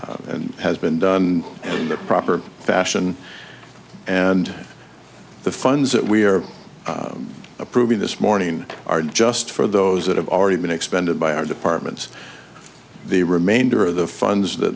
nd has been done in the proper fashion and the funds that we are approving this morning are just for those that have already been expended by our departments the remainder of the funds that